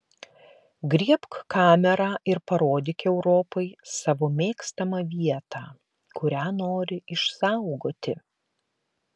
griebk kamerą ir parodyk europai savo mėgstamą vietą kurią nori išsaugoti